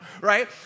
right